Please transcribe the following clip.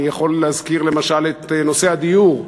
אני יכול להזכיר למשל את נושא הדיור.